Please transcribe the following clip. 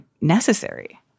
necessary